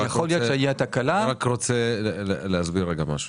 להיות ערב לכסף שלהם אז לא משכירים להם דירות.